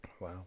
Wow